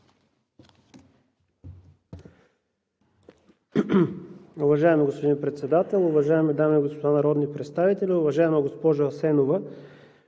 уважаеми господин Председател. Уважаеми дами и господа народни представители! Уважаеми господин Бойчев,